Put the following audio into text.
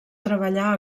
treballar